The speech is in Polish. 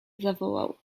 zawołał